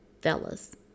fellas